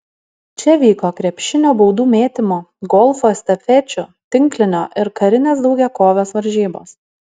čia vyko krepšinio baudų mėtymo golfo estafečių tinklinio ir karinės daugiakovės varžybos